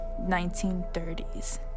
1930s